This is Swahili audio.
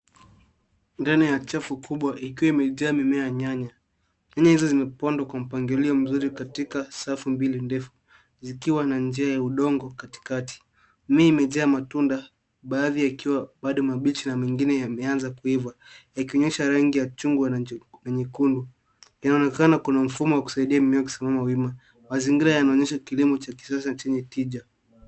Ndani ya trafu kubwa ikiwa imejaa mimea ya nyanya. Nyanya hizo zimepandwa kwa mpangilio mzuri katika safu mbili ndefu zikiwa na njia ya udongo katikati. Mimea imejaa matunda badhi yakiwa bado mabichi na mengine yameanza kuiva yakionyesha rangi ya chungwa na nyekundu. INaonekana kuna mfumo wa kusaidia mimea kusimama wima. Mazingira yanaonyesha kilimo cha kisasa chenye tija.